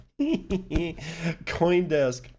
Coindesk